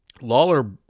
Lawler